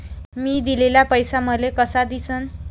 मी दिलेला पैसा मले कसा दिसन?